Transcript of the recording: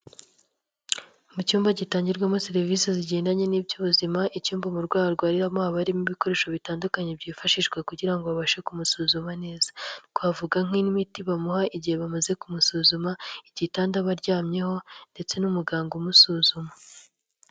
Mu cyumba gitangirwamo serivisi zigendanye n'ibyubuzima, icyumba umurwayi arwariramo haba harimo ibikoresho bitandukanye byifashishwa kugira ngo babashe kumusuzuma neza. Twavuga nk'imiti bamuha igihe bamaze kumusuzuma, igitanda aba aryamyeho ndetse n'umuganga umusuzuma.